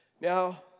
Now